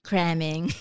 Cramming